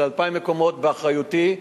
של 2,000 מקומות באחריותי.